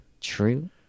True